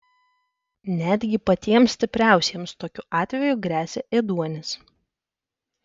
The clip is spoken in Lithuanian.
netgi patiems stipriausiems tokiu atveju gresia ėduonis